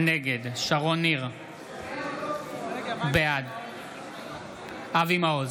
נגד אבי מעוז,